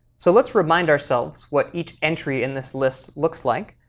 so let's remind ourselves what each entry in this list looks like.